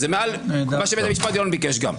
זה מעל מה שבית משפט עליון ביקש גם.